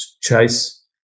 chase